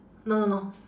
no no no